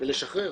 ולשחרר.